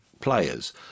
players